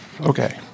Okay